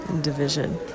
division